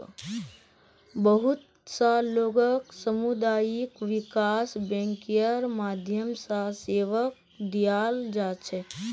बहुत स लोगक सामुदायिक विकास बैंकेर माध्यम स सेवा दीयाल जा छेक